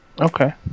Okay